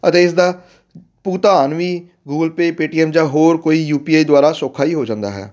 ਅਤੇ ਇਸਦਾ ਭੁਗਤਾਨ ਵੀ ਗੂਗਲ ਪੇ ਪੇਟੀਐਮ ਜਾਂ ਹੋਰ ਕੋਈ ਯੂ ਪੀ ਆਈ ਦੁਆਰਾ ਸੌਖਾ ਹੀ ਹੋ ਜਾਂਦਾ ਹੈ